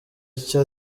icyo